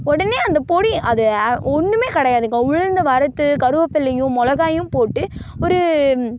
உடனே அந்த பொடி அது ஒன்றுமே கிடையாதுக்கா உளுந்து வறுத்து கருவேப்பில்லையும் மிளகாயும் போட்டு ஒரு